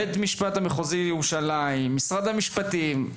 בית המשפט המחוזי לירושלים, משרד המשפטים,